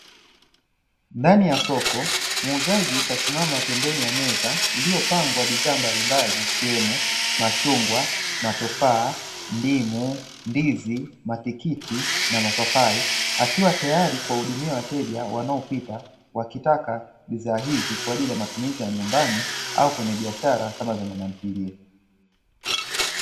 Ndani ya soko muuzaji mtasimama pembeni ya meza, iliyopangwa bidhaa mbalimbali ikiwemo machungwa, matofaa, ndimu, ndizi, matikiti na mapapai, akiwa tayari kwahudumia wateja wanaopita wakitaka bidhaa hizi kwa ajili ya matumizi ya nyumbani au kwenye biashara kama za mamantilie.